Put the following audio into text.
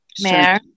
Mayor